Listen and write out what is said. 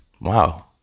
Wow